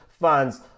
fans